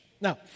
Now